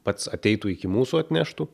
pats ateitų iki mūsų atneštų